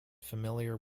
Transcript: familiar